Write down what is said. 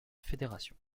fédérations